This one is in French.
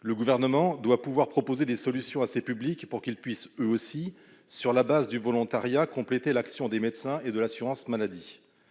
Le Gouvernement doit pouvoir proposer des solutions à ces publics, pour qu'ils soient eux aussi en mesure, sur la base du volontariat, de compléter l'action des médecins et de l'assurance maladie.